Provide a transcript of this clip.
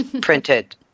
printed